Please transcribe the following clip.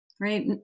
right